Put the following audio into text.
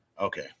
Okay